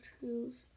shoes